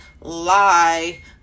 lie